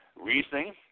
Reasoning